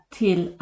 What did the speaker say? till